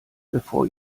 bevor